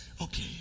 Okay